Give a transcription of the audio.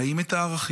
חיים את הערכים